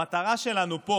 המטרה שלנו פה